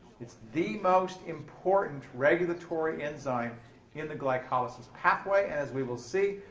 it's the most important regulatory enzyme in the glycolysis pathway, and, as we will see,